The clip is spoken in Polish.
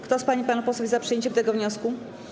Kto z pań i panów posłów jest za przyjęciem tego wniosku?